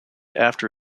after